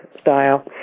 style